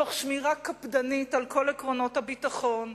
תוך שמירה קפדנית על כל עקרונות הביטחון,